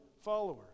follower